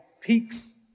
peaks